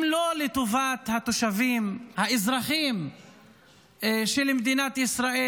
אם לא לטובת התושבים-האזרחים של מדינת ישראל,